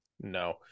No